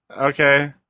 Okay